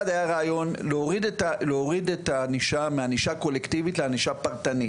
אחד היה הרעיון להוריד את הענישה מענישה קולקטיבית לענישה פרטנית.